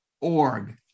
org